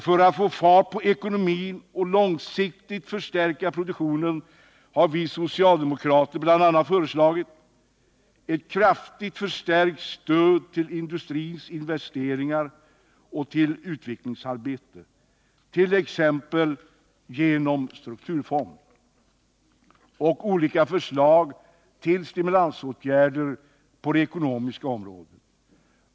För att få fart på ekonomin och långsiktigt förstärka produktionen har vi socialdemokrater bl.a. föreslagit ett kraftigt förstärkt stöd till industrins investeringar och till utvecklingsarbete, t.ex. genom strukturfond och olika förslag till stimulansåtgärder på det ekonomiska området.